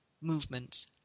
movements